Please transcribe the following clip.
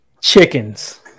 Chickens